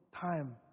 time